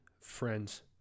friends